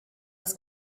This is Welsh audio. oes